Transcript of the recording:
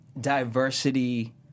diversity